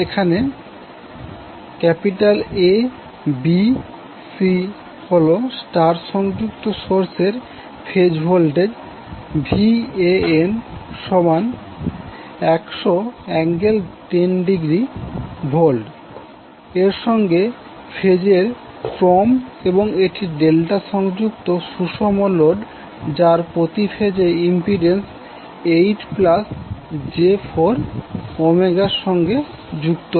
এখানে A B C হল star সংযুক্ত সোর্সের ফেজ ভোল্টেজ Van100∠10°V এর সঙ্গে ফেজের ক্রম এবং এটি ডেল্টা সংযুক্ত সুষম লোড যার প্রতি ফেজে ইম্পিড্যান্স 8j4 সঙ্গে যুক্ত